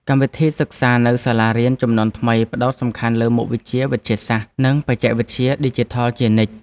កម្មវិធីសិក្សានៅសាលារៀនជំនាន់ថ្មីផ្ដោតសំខាន់លើមុខវិជ្ជាវិទ្យាសាស្ត្រនិងបច្ចេកវិទ្យាឌីជីថលជានិច្ច។